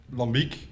lambiek